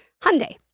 Hyundai